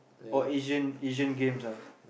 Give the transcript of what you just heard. or Asian Asian-Games ah